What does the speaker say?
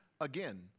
again